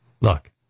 Look